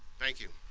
thank you.